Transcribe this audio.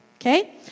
Okay